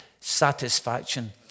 satisfaction